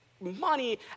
money